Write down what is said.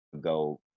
go